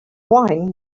wine